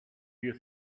you